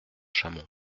chamond